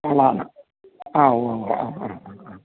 ആണ് ആണ് ഉവ്വ് ഉവ്വ് ആ ആ ആ ആ